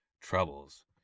troubles